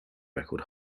record